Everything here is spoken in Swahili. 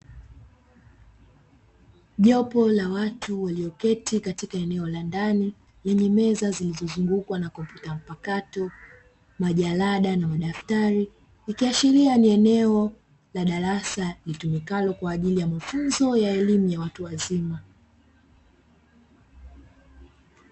Jopo la watu walioketi katika eneo la ndani lenye meza zilizozungukwa na kompyuta mpakato, majalada na madaftari; ikiashiria ni eneo la darasa litumikalo kwa ajili ya mafunzo ya elimu ya watu wazima.